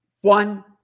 One